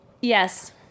Yes